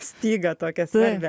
stygą tokią svarbią